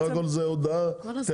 בסך הכול זו הודעה טלפונית.